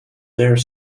there